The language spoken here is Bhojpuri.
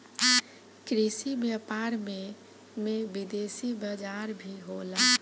कृषि व्यापार में में विदेशी बाजार भी होला